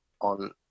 on